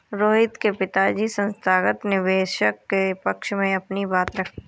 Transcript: रोहित के पिताजी संस्थागत निवेशक के पक्ष में अपनी बात रखी